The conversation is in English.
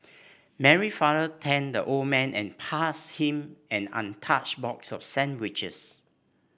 Mary father thanked the old man and passed him an untouched box of sandwiches